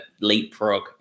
leapfrog